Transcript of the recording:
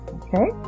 okay